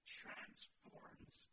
transforms